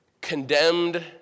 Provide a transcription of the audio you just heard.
condemned